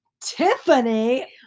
Tiffany